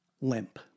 limp